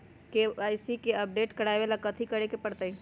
KYC के update करवावेला कथि करें के परतई?